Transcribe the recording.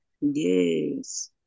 Yes